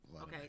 Okay